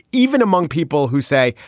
even among people who say,